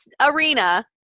arena